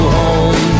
home